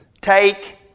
take